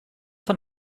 von